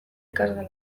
ikasgelan